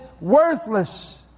worthless